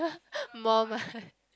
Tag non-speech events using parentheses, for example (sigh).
(laughs) mormon